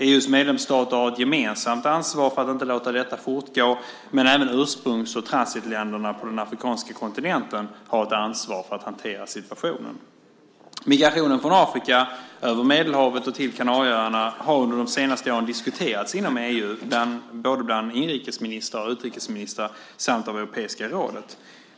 EU:s medlemsstater har ett gemensamt ansvar för att inte låta detta fortgå, men även ursprungs och transitländerna på den afrikanska kontinenten har ett ansvar för att hantera situationen. Migrationen från Afrika, över Medelhavet och till Kanarieöarna, har under de senaste åren diskuterats inom EU både bland inrikesministrar och bland utrikesministrar samt av Europeiska rådet.